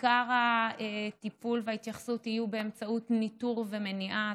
עיקר הטיפול וההתייחסות יהיו באמצעות ניטור ומניעה,